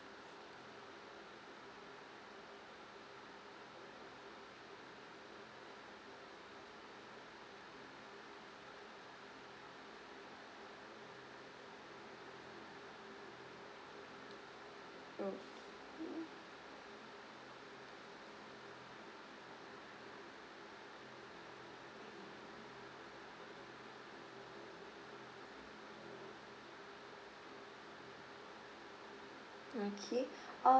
okay okay uh